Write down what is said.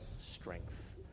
strength